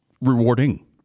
rewarding